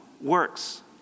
works